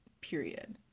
period